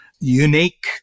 unique